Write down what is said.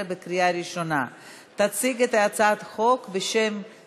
אני קובעת כי הצעת חוק המרכז למורשת מלחמת ששת הימים,